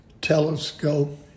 telescope